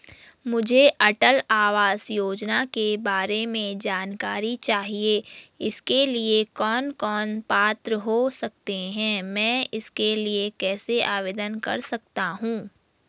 मुझे अटल आवास योजना के बारे में जानकारी चाहिए इसके लिए कौन कौन पात्र हो सकते हैं मैं इसके लिए कैसे आवेदन कर सकता हूँ?